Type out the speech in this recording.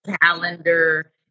calendar